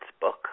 Book